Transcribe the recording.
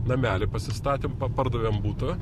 namelį pasistatėm pa pardavėm butą